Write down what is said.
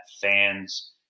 fans